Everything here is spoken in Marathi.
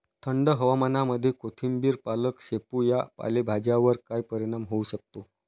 थंड हवामानामध्ये कोथिंबिर, पालक, शेपू या पालेभाज्यांवर काय परिणाम होऊ शकतो?